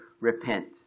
Repent